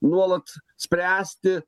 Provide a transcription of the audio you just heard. nuolat spręsti